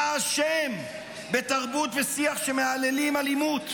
אתה אשם בתרבות ושיח שמהללים אלימות,